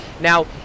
Now